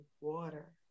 water